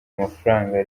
amafaranga